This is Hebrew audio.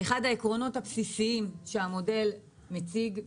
אחד העקרונות הבסיסים שהמודל מציג,